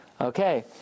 Okay